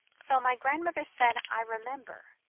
so my grandmother said, i remember,